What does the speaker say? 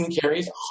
carries